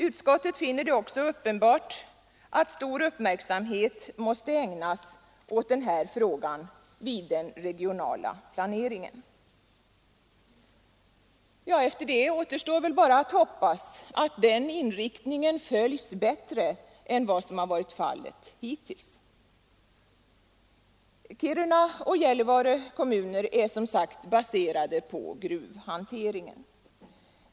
Utskottet finner det också uppenbart att stor uppmärksamhet måste ägnas åt den här frågan vid den regionala planeringen. Efter detta återstår väl bara att hoppas att den inriktningen följs bättre än vad som varit fallet hittills. Kiruna och Gällivare kommuner är som sagt baserade på gruvhanteringen.